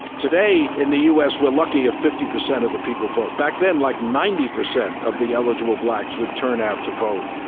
today in the us we are lucky if fifty percent of the people vote. back then like ninety percent of the eligible blacks would turn out to vote.